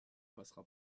passera